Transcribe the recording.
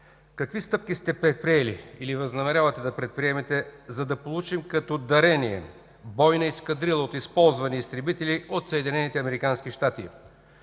какви стъпки сте предприели или възнамерявате да предприемете, за да получим като дарение бойна ескадрила от използвани изтребители от